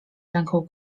ręką